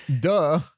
duh